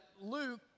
Luke